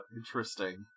interesting